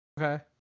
Okay